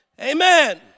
Amen